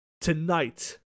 tonight